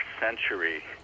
century